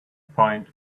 point